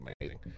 amazing